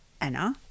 Anna